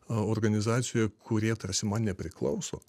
organizacijoje kurie tarsi man nepriklauso